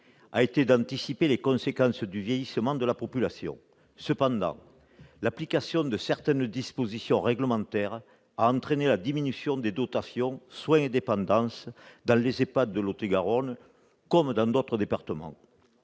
a été d'anticiper les conséquences du vieillissement de la population. Cependant, l'application de certaines dispositions réglementaires a entraîné la diminution des dotations soins et dépendance dans les EHPAD de Lot-et-Garonne, comme dans d'autres départements.